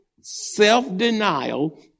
Self-denial